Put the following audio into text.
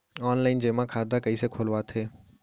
Online जेमा खाता कइसे खोलवाथे?